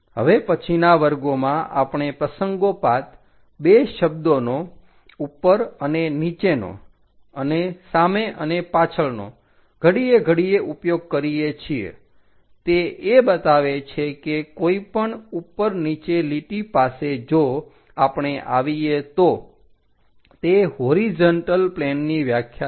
હવે પછીના વર્ગોમાં આપણે પ્રસંગોપાત બે શબ્દોનો ઉપર અને નીચેનો અને સામે અને પાછળનો ઘડીએ ઘડીએ ઉપયોગ કરીએ છીએ તે એ બતાવે છે કે કોઈપણ ઉપર નીચે લીટી પાસે જો આપણે આવીએ તો તે હોરીજન્ટલ પ્લેનની વ્યાખ્યા છે